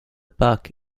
bug